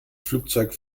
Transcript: flugzeug